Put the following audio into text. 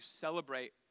celebrate